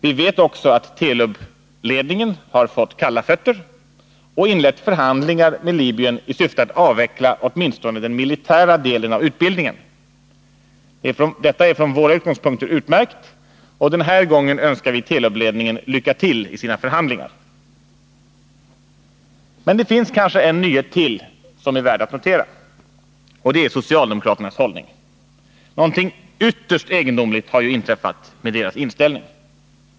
Vi vet också att Telub-ledningen har fått kalla fötter och inlett förhandlingar med Libyen i syfte att avveckla åtminstone den militära delen av utbildningen. Detta är från våra utgångspunkter utmärkt, och den här gången önskar vi Telubledningen lycka till i förhandlingarna. Men kanske finns det en nyhet till som är värd att notera, och det är socialdemokraternas hållning. Någonting mycket egendomligt har ju inträffat med deras inställning.